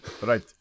Right